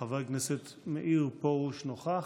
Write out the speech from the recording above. חבר הכנסת מאיר פרוש נוכח?